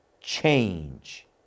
change